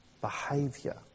behavior